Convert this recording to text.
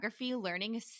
learning